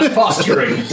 fostering